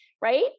right